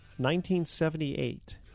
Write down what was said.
1978